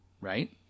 right